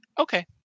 Okay